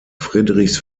friedrichs